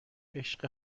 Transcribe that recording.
عشق